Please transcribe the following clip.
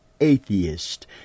atheist